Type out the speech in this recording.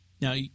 Now